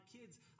kids